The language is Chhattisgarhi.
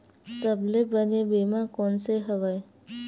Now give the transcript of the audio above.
सबले बने बीमा कोन से हवय?